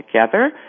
together